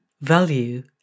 Value